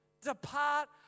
Depart